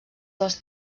dels